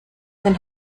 den